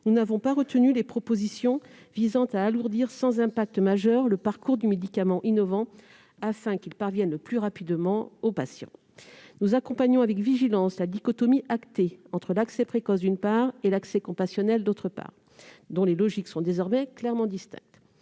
nous n'avons pas retenu les propositions visant à alourdir sans impact majeur le parcours des médicaments innovants, afin qu'ils parviennent le plus rapidement possible aux patients. Nous accompagnons avec vigilance la dichotomie actée entre l'accès précoce, d'une part, et l'accès compassionnel, d'autre part. Leurs logiques sont désormais clairement distinctes.